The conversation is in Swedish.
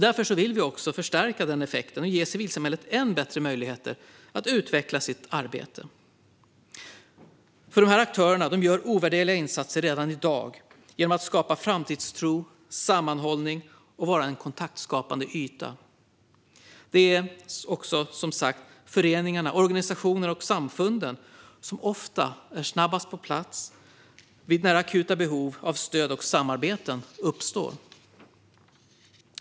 Därför vill vi förstärka den effekten och ge civilsamhället än bättre möjligheter att utveckla sitt arbete. Dessa aktörer gör ovärderliga insatser redan i dag genom att skapa framtidstro och sammanhållning och vara en kontaktskapande yta. Det är också som sagt föreningarna, organisationerna och samfunden som ofta är snabbast på plats när akuta behov av stöd och samarbeten uppstår.